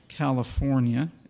California